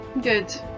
Good